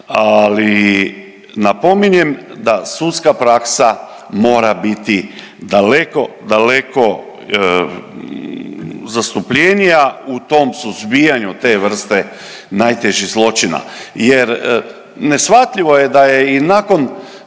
Ali napominjem da sudska praksa mora biti daleko, daleko zastupljenija u tom suzbijanju te vrste najtežih zločina jer neshvatljivo je da je i nakon